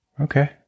Okay